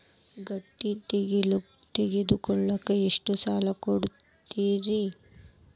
ಗಾಡಿ ತಗೋಳಾಕ್ ಎಷ್ಟ ಸಾಲ ಕೊಡ್ತೇರಿ?